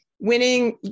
winning